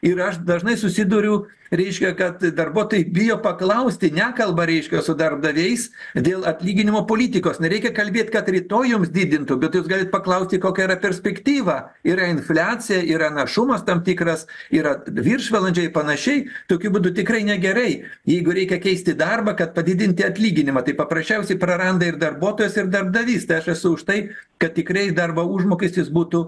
ir aš dažnai susiduriu reiškia kad darbuotojai bijo paklausti nekalba reiškia su darbdaviais dėl atlyginimo politikos nereikia kalbėt kad rytoj jums didintų bet galite paklausti kokia yra perspektyva yra infliacija yra našumas tam tikras yra viršvalandžiai panašiai tokiu būdu tikrai negerai jeigu reikia keisti darbą kad padidinti atlyginimą tai paprasčiausiai praranda ir darbuotojas ir darbdavys tai aš esu už tai kad tikrai darbo užmokestis būtų